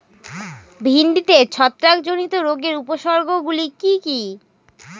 ভিন্ডিতে ছত্রাক জনিত রোগের উপসর্গ গুলি কি কী?